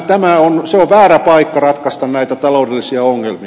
ne ovat väärä paikka ratkaista näitä taloudellisia ongelmia